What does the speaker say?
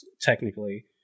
technically